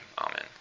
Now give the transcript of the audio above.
Amen